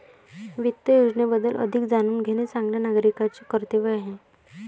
वित्त योजनेबद्दल अधिक जाणून घेणे चांगल्या नागरिकाचे कर्तव्य आहे